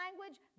language